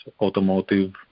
automotive